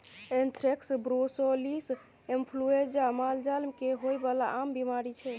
anthrax, brucellosis influenza मालजाल केँ होइ बला आम बीमारी छै